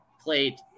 played